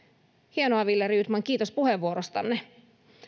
hienoa wille rydman kiitos puheenvuorostanne